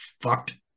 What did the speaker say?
fucked